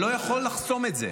אתה לא יכול לחסום את זה.